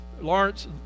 Lawrence